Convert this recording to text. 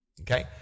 Okay